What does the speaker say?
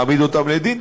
נעמיד אותם לדין,